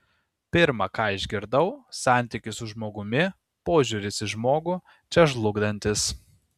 pirma ką išgirdau santykis su žmogumi požiūris į žmogų čia žlugdantis